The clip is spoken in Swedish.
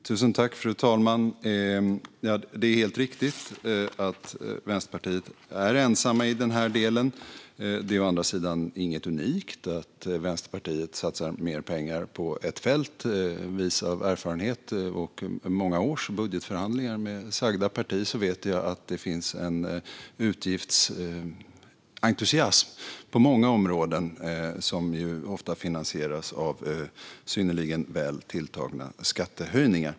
Fru talman! Det är helt riktigt att Vänsterpartiet är ensamt i den här delen. Det är å andra sidan inget unikt att Vänsterpartiet satsar mer pengar på ett fält. Vis av erfarenhet och många års budgetförhandlingar med sagda parti vet jag att det finns en utgiftsentusiasm på många områden, som ju ofta finansieras av synnerligen väl tilltagna skattehöjningar.